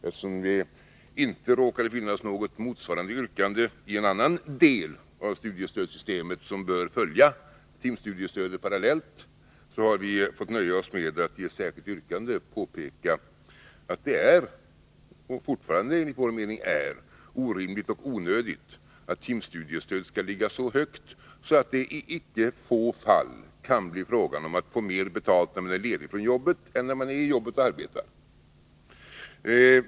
Eftersom det inte råkade finnas något motsvarande yrkande beträffande en annan del av studiestödssystemet, som bör följa timstudiestödet parallellt, har vi fått nöja oss med att i ett särskilt yttrande påpeka att det enligt vår mening fortfarande är orimligt och onödigt att timstudiestödet skall ligga så högt, att det i icke få fall kan bli fråga om att man får mer betalt när man är ledig från jobbet än när man är i jobbet och arbetar.